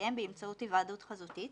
שתתקיים באמצעות היוועדות חזותית